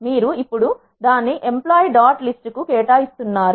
మీరు ఇప్పుడు దాన్నిఎంప్లాయి డాట్ లిస్ట్ కు కేటాయిస్తున్నారు